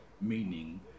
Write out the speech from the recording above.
meaning